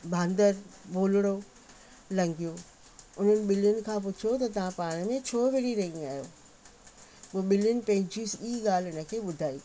बांदरु भोलड़ो लंघियो उन्हनि ॿिलियुनि खां पुछियो त तव्हां पाण में छो विढ़ी रही आहियो उहो ॿिलियुनि पंहिंजी सॼी ॻाल्हि हिन खे ॿुधायाईं